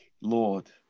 Lord